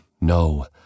No